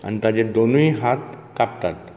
आनी ताजे दोनूय हात कापतात